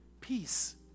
Peace